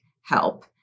help